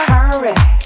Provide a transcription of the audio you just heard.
Hurry